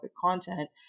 content